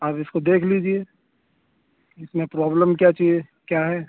آپ اس کو دیکھ لیجیے اس میں پرابلم کیا چیز ہے کیا ہے